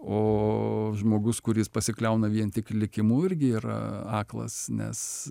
o žmogus kuris pasikliauna vien tik likimu irgi yra aklas nes